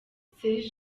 serge